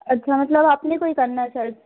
अच्छा मतलब आपने को ही करना है सर्च